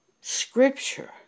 Scripture